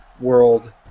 World